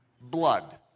Blood